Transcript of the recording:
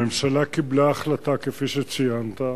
הממשלה קיבלה החלטה, כפי שציינת,